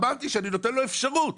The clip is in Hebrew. אמרתי שאני נותן לו אפשרות.